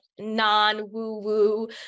non-woo-woo